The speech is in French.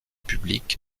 public